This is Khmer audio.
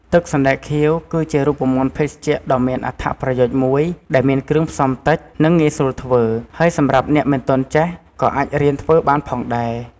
ទឹកសណ្ដែកខៀវ គឺជារូបមន្តភេសជ្ជៈដ៏មានអត្ថប្រយោជន៍មួយ ដែលមានគ្រឿងផ្សំតិច និងងាយស្រួលធ្វើ ហើយសម្រាប់អ្នកមិនទាន់ចេះក៏អាចរៀនធ្វើបានផងដែរ។